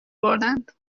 بردند